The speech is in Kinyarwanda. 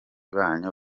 banyu